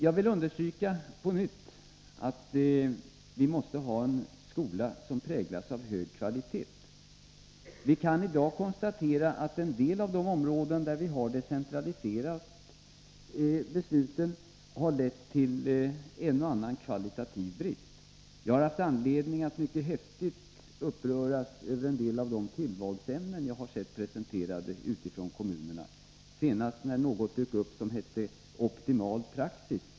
Jag vill på nytt understryka att vi måste ha en skola som präglas av hög kvalitet. Vi kan i dag konstatera att det på en del av de områden där vi har decentraliserat beslutanderätten har uppstått en och annan kvalitativ brist. Jag har haft anledning att mycket häftigt uppröras över vissa av de tillvalsämnen som jag har sett presenterade ute i kommunerna. Senast 23 nas behov av fortbildning skedde det när det dök upp något som hette optimal praxis.